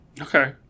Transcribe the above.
Okay